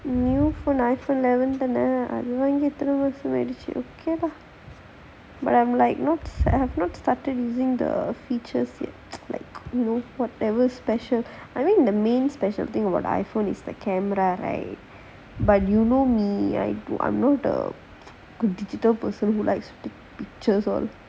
new phone ah actual eleven அது வாங்கி எத்தன வருஷம் ஆயிடுச்சு:athu vaangi ethana varusham aayiduchu but I'm like notes I have not started using the features yes like you know whatever special I think the main special thing about iPhone is the camera right but you know mainly ah unless pictures all